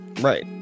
Right